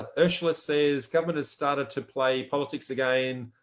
ah ursula says government has started to play politics again,